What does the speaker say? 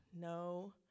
no